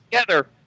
together